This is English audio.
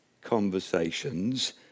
conversations